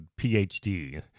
PhD